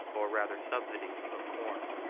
or rather subsidy, of corn.